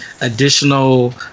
additional